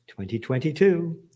2022